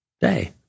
day